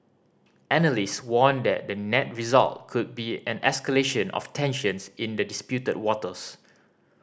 analyst warn that the net result could be an escalation of tensions in the disputed waters